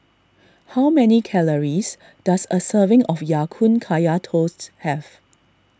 how many calories does a serving of Ya Kun Kaya Toast have